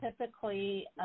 typically